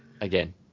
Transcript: Again